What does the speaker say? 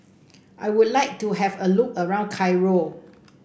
I would like to have a look around Cairo